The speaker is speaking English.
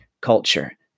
culture